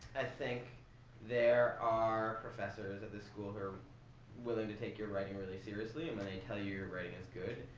i think there are professors at this school who are willing to take your writing really seriously. and when they tell you your writing is good,